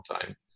time